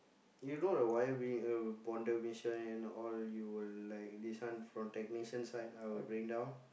you know the wire being uh and all you will like this one from technician side I will bring down